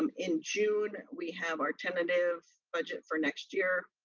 um in june we have our tentative budget for next year.